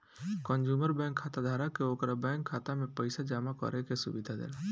consumer bank खाताधारक के ओकरा बैंक खाता में पइसा जामा करे के सुविधा देला